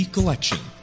Collection